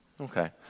Okay